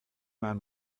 man